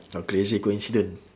a crazy coincidence